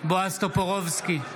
בועז טופורובסקי,